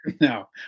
no